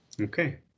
Okay